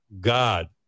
god